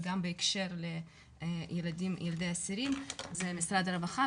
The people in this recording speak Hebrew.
וגם בהקשר לילדי אסירים זה משרד הרווחה,